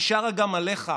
היא שרה גם עליך,